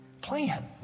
Plan